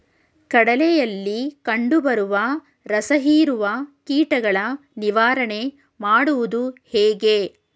ಕಡಲೆಯಲ್ಲಿ ಕಂಡುಬರುವ ರಸಹೀರುವ ಕೀಟಗಳ ನಿವಾರಣೆ ಮಾಡುವುದು ಹೇಗೆ?